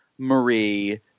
Marie